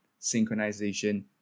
synchronization